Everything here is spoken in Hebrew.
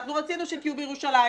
רצינו שתהיו בירושלים.